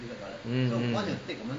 mm mm